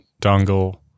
dongle